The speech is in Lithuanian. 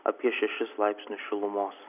apie šešis laipsnius šilumos